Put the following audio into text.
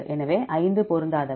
எனவே ஐந்து பொருந்தாதவை